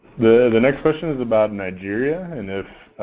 the the next question is about nigeria, and if